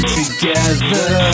together